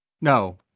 No